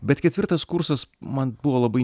bet ketvirtas kursas man buvo labai